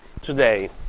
today